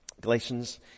Galatians